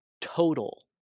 total